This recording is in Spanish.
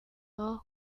ojos